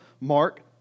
Mark